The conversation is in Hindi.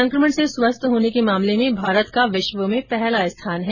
संक्रमण से स्वस्थ होने के मामले में भारत का विश्व में पहला स्थान है